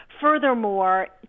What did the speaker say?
Furthermore